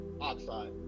oxide